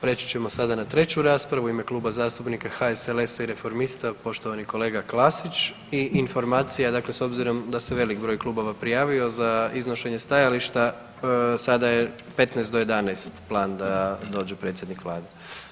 Prijeći ćemo sada na treću raspravu u ime Kluba zastupnika HSLS-a i Reformista poštovani kolega Klasić i informacija dakle s obzirom da se veliki broj klubova prijavio za iznošenje stajališta sada je 15 do 11 plan da dođe predsjednik vlade.